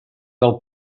del